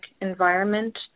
environment